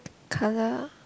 color